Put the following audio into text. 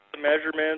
measurements